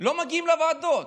לא מגיעים לוועדות.